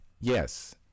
yes